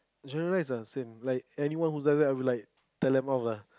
generalised lah same like anyone who does that I would like tell them off ya